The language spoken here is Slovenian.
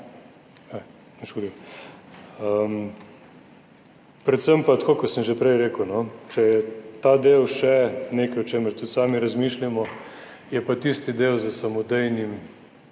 Predvsem pa, tako kot sem že prej rekel, če je ta del še nekaj, o čemer tudi sami razmišljamo, je pa tisti del s samodejno